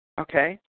Okay